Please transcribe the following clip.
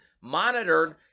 monitored